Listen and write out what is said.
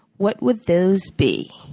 what would those be?